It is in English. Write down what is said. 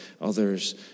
others